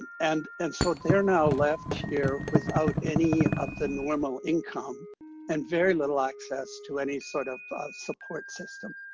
and and so they're now left here without any of the normal income and very little access to any sort of support system.